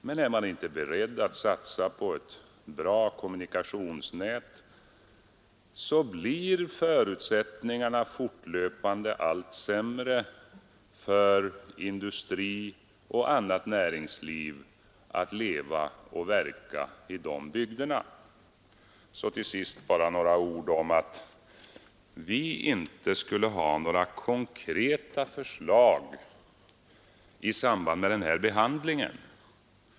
Men är man inte beredd att satsa på ett bra kommunikationsnät, så blir förutsättningarna fortlöpande allt sämre för industri och annat näringsliv att leva och verka i de bygderna. Så till sist bara några ord om påståendet att vi inte skulle ha några konkreta förslag i samband med behandlingen av de här förslagen.